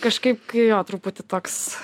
kažkaip kai jo truputį toks